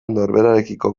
norberarekiko